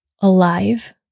alive